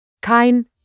Kein